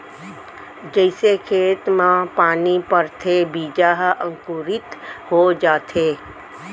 जइसे खेत म पानी परथे बीजा ह अंकुरित हो जाथे